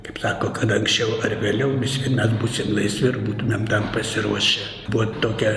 kaip sako kad anksčiau ar vėliau visvien mes būsim laisvi ir būtumėm tam pasiruošę buvo tokia